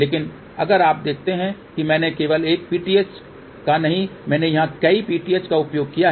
लेकिन अगर आप देखते हैं कि मैंने केवल एक पीटीएच का नहीं मैंने यहां पर कई पीटीएच का उपयोग किया है